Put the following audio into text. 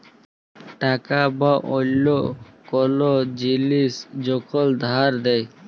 টাকা বা অল্য কল জিলিস যখল ধার দেয়